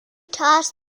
toss